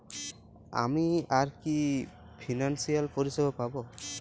আমি আর কি কি ফিনান্সসিয়াল পরিষেবা পাব?